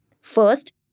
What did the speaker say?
First